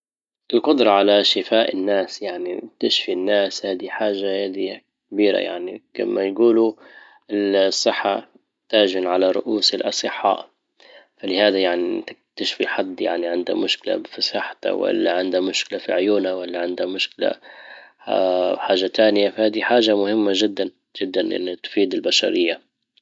القدرة على شفاء الناس. يعني بتشفي الناس هادي حاجة هادي كبيرة يعني، كيما يقولو الصحة تاج على رؤوس الاصحاء. فلهذا يعني بدك تشفي حد يعني عنده مشكلة فصحته او اللي عنده مشكلة في عيونه واللي عنده مشكلة حاجة تانية، فهادي حاجة مهمة جدا جدا يعني تفيد البشرية.